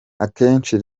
akenshi